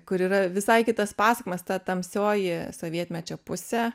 kur yra visai kitas pasakojimas ta tamsioji sovietmečio pusė